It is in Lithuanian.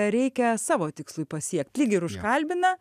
reikia savo tikslui pasiekt lyg ir užkalbina